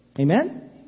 Amen